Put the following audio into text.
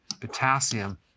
potassium